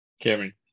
Cameron